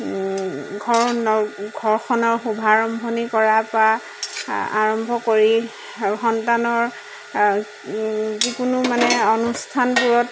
ঘৰ ঘৰখনৰ শুভাৰম্ভণি কৰাৰপৰা আৰম্ভ কৰি সন্তানৰ যিকোনো মানে অনুষ্ঠানবোৰত